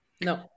No